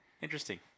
Interesting